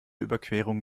überquerung